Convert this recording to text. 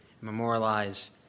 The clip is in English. memorialize